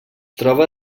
troba